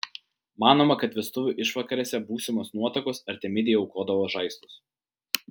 manoma kad vestuvių išvakarėse būsimos nuotakos artemidei aukodavo žaislus